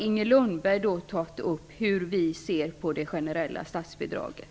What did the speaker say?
Inger Lundberg har tagit upp hur vi ser på det generella statsbidraget.